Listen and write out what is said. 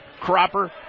Cropper